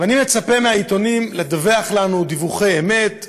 ואני מצפה מהעיתונים לדווח לנו דיווחי אמת.